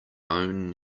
own